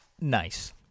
nice